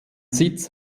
sitz